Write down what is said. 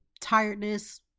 tiredness